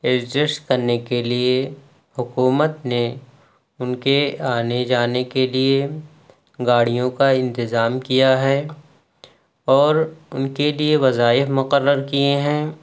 adjust کرنے کے لیے حکومت نے ان کے آنے جانے کے لیے گاڑیوں کا انتظام کیا ہے اور ان کے لیے وظائف مقرر کیے ہیں